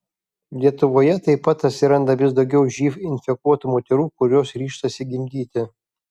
lietuvoje taip pat atsiranda vis daugiau živ infekuotų moterų kurios ryžtasi gimdyti